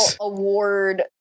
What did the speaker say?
award